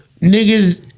niggas